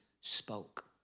spoke